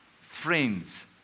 friends